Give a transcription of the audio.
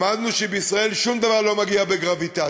למדנו שבישראל שום דבר לא מגיע בגרביטציה,